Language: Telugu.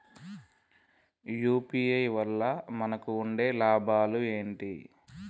యూ.పీ.ఐ వల్ల మనకు ఉండే లాభాలు ఏంటి?